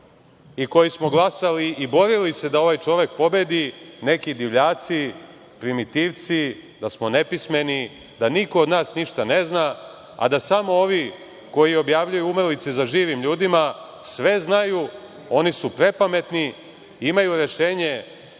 i koji smo glasali i borili se da ovaj čovek pobedi, neki divljaci, primitivci, da smo nepismeni, da niko od nas ništa ne zna, a da samo ovi koji objavljuju umrlice za živim ljudima sve znaju, oni su prepametni, imaju rešenje